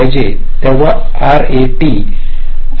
तसे आरएटी आहे